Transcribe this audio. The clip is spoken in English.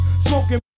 smoking